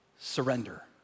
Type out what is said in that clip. surrender